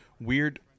weird